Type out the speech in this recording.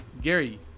Gary